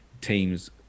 teams